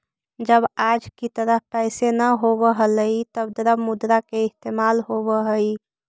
जब आज की तरह पैसे न होवअ हलइ तब द्रव्य मुद्रा का इस्तेमाल होवअ हई